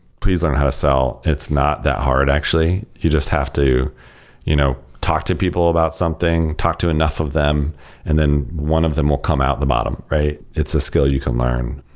please learn how to sell. it's not that hard actually. you just have to you know talk to people about something. talked to enough of them and then one of them will come out at the bottom, right? it's a skill you can learn.